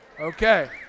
Okay